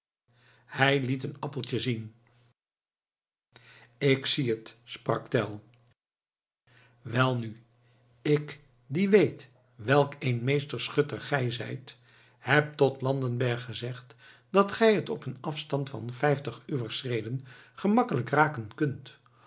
hij liet een appeltje zien ik zie het sprak tell welnu ik die weet welk een meester schutter gij zijt heb tot landenberg gezegd dat gij het op een afstand van vijftig uwer schreden gemakkelijk raken kunt